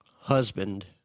husband